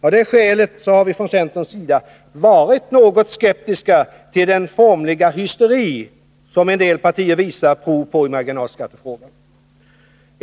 Av det skälet har vi från centerns sida varit något skeptiska till den formliga hysteri som en del partier visat prov på i marginalskattefrågan.